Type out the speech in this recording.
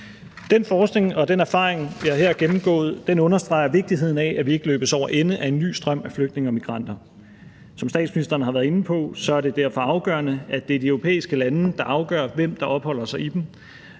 Den forskning og den erfaring, jeg her har gennemgået, understreger vigtigheden af, at vi ikke løbes over ende af en ny strøm af flygtninge og migranter. Som statsministeren har være inde på, er det derfor afgørende, at det er de europæiske lande, der afgør, hvem der opholder sig i dem,